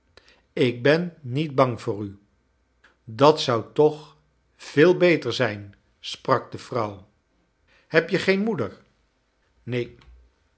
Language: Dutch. ik ben niet bang voor u i at zou toch veel beter zijn sprak de vrouw heb je geen moeder j neen